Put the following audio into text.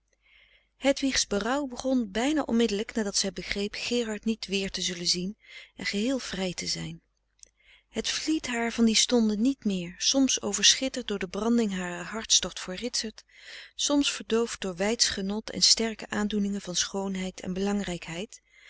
hedwigs berouw begon bijna onmiddelijk nadat zij begreep gerard niet weer te zullen zien en geheel vrij te zijn het verliet haar van die stonde niet meer soms overschitterd door de branding harer hartstocht voor ritsert soms verdoofd door weidsch genot en sterke aandoeningen van schoonheid en